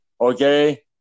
Okay